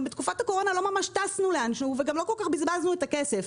גם בתקופת הקורונה לא ממש טסנו לאן שהוא וגם לא כל-כך בזבזנו את הכסף